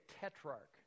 tetrarch